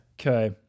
Okay